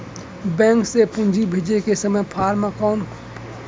Bank से पूंजी भेजे के समय फॉर्म म कौन परकार के जानकारी ल दे ला पड़थे?